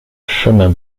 chemin